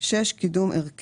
בשיעור של עד